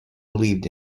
believed